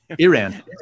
Iran